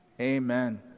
amen